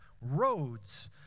roads